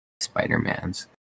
Spider-Man's